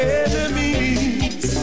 enemies